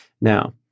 Now